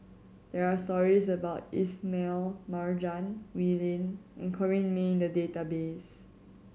there are stories about Ismail Marjan Wee Lin and Corrinne May in the database